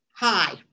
Hi